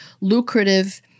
lucrative